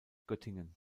göttingen